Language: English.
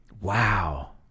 Wow